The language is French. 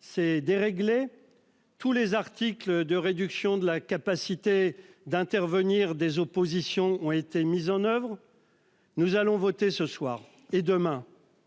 s'est déréglé. Tous les articles de réduction de la capacité d'intervenir. Des oppositions ont été mises en oeuvre. Nous allons voter ce soir et demain.